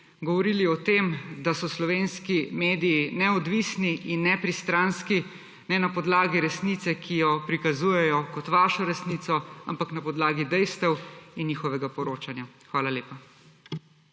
govorili o tem, da so slovenski mediji neodvisni in nepristranski, ne na podlagi resnice, ki jo prikazujejo kot vašo resnico, ampak na podlagi dejstev in njihovega poročanja. Hvala lepa.